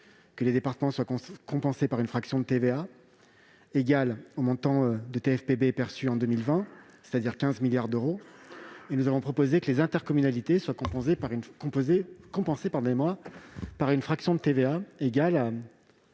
que les départements soient compensés par une fraction de TVA égale au montant de TFPB perçu en 2020, c'est-à-dire 15 milliards d'euros, et que les intercommunalités soient compensées par une fraction de TVA égale à